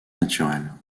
naturel